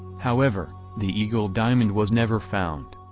however, the eagle diamond was never found.